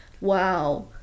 wow